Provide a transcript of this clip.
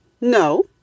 No